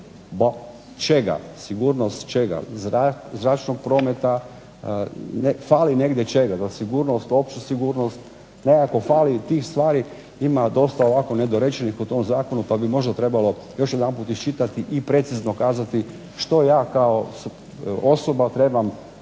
Čega, sigurnost čega? Zračnog prometa, fali negdje čega, za sigurnost, opću sigurnost, nekako fali tih stvari, ima dosta ovako nedorečenih u tom zakonu, pa bi možda trebalo još jedanput iščitati i precizno kazati što ja kao osoba trebam